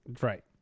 Right